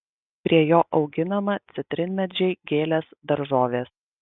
prie jo auginama citrinmedžiai gėlės daržovės